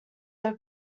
are